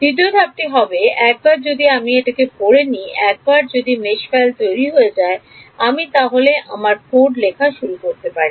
দ্বিতীয় ধাপটি হবে একবার যদি আমি এটাকে পড়েনি একবার যদি জাল ফাইল তৈরি হয়ে যায় আমি তাহলে আমার কোড লেখা শুরু করতে পারি